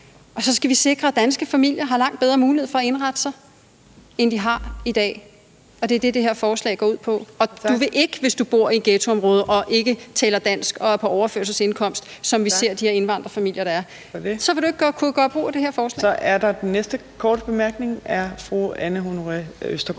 Og så skal vi sikre, at danske familier har langt bedre muligheder for at indrette sig, end de har i dag, og det er det, det her forslag går ud på (fjerde næstformand (Trine Torp): Tak!). Og hvis du bor i et ghettoområde, og hvis du ikke taler dansk og du er på overførselsindkomst, som vi ser de her indvandrerfamilier være, så vil du ikke kunne gøre brug af det her forslag. Kl. 15:59 Fjerde næstformand (Trine Torp): Den næste korte